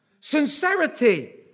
Sincerity